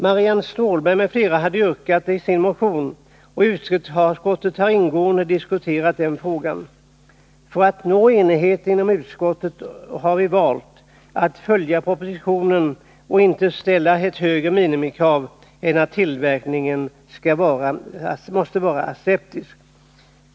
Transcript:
Marianne Stålberg m.fl. har yrkat detta i sin motion, och utskottet har ingående diskuterat frågan. För att nå enighet inom utskottet har vi valt att följa propositionen och inte ställa högre minimikrav än att tillverkningen måste vara aseptisk.